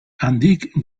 handik